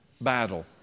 battle